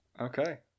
Okay